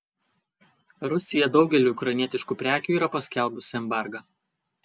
rusija daugeliui ukrainietiškų prekių yra paskelbusi embargą